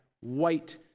white